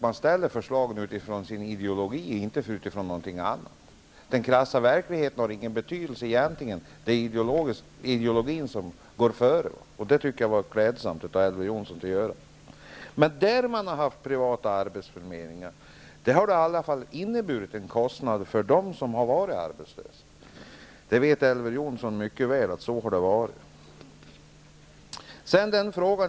Man utarbetar förslagen utifrån sin ideologi och inte utifrån något annat. Den krassa verkligheten har egentligen ingen betydelse. Det är ideologin som går före. Och det var klädsamt av Elver Jonsson att säga detta. Även privata arbetsförmedlingar har inneburit kostnader för dem som varit arbetslösa. Elver Jonsson vet mycket väl att det har varit så.